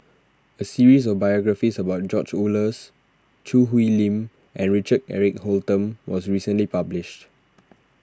a series of biographies about George Oehlers Choo Hwee Lim and Richard Eric Holttum was recently published